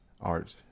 art